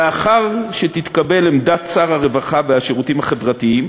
לאחר שתתקבל עמדת שר הרווחה והשירותים החברתיים,